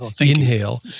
inhale